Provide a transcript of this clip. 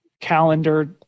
calendar